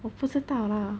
我不知道 lah